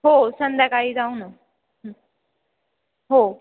हो संध्याकाळी जाऊ ना हो